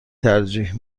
ترجیح